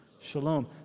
Shalom